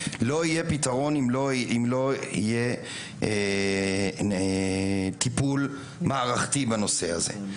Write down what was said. לא יהיה פתרון אם לא יהיה טיפול מערכתי בנושא הזה,